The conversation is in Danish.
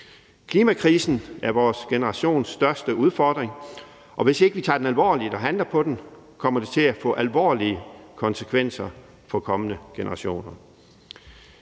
Klimakrisen er vores generations største udfordring, og hvis ikke vi tager den alvorligt og handler på den, kommer det til at få alvorlige konsekvenser for kommende generationer.